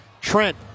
Trent